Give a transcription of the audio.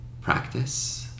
practice